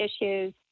issues